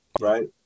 right